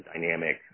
dynamic